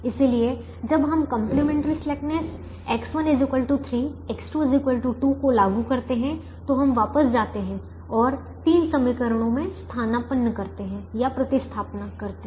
इसलिए जब हम कंप्लीमेंट्री स्लैकनेस X1 3 X2 2 को लागू करते हैं तो हम वापस जाते हैं और तीन समीकरणों में स्थानापन्न करते हैं